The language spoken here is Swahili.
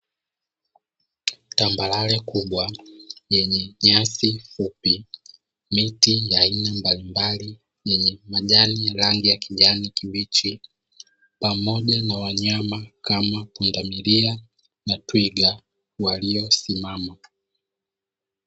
Tambarare kubwa yenye nyasi fupi miti ya aina mbalimbali yenye majani ya rangi ya kijani kibichi, pamoja na wanyama kama pundamilia na twiga waliosimama.